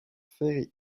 ferry